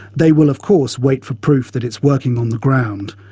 they will of course wait for proof that it's working on the ground,